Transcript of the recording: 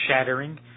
shattering